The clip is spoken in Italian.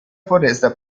foresta